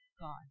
God